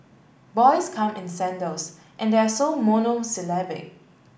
boys come in sandals and they are monosyllabic